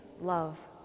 love